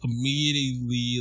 immediately